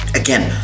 again